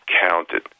counted